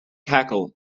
cackle